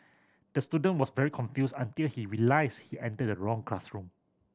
the student was very confused until he realised he entered the wrong classroom